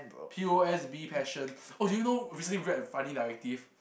P_O_S_B passion oh did you know recently read a funny narrative